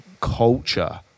culture